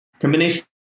Combination